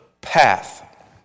path